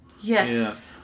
Yes